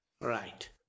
Right